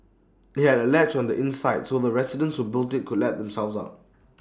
IT had A latch on the inside so the residents who built IT could let themselves out